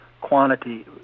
quantity